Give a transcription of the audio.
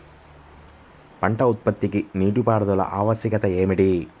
పంట ఉత్పత్తికి నీటిపారుదల ఆవశ్యకత ఏమిటీ?